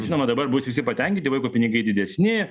žinoma dabar bus visi patenkinti vaiko pinigai didesni